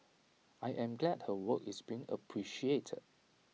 I am glad her work is being appreciated